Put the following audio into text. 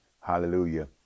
hallelujah